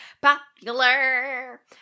popular